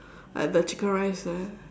like the chicken rice there